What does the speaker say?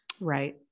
right